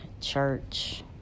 church